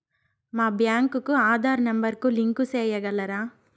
మా బ్యాంకు కు ఆధార్ నెంబర్ కు లింకు సేయగలరా?